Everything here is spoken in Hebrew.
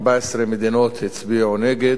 14 מדינות הצביעו נגד.